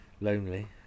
lonely